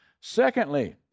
Secondly